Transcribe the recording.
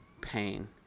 pain